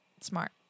Smart